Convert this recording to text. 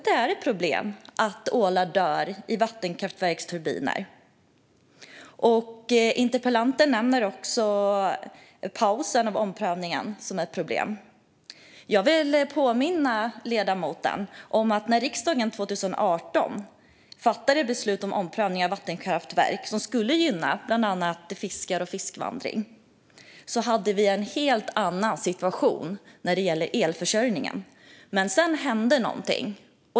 Det är ett problem att ålar dör i vattenkraftverksturbiner. Interpellanten nämner också pausen och omprövningen som ett problem. Jag vill påminna ledamoten om att när riksdagen 2018 fattade beslut om den omprövning av vattenkraftverk som skulle gynna bland annat fiskar och fiskvandring hade vi en helt annan situation när det gällde elförsörjningen. Men sedan hände någonting.